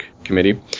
Committee